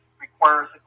requires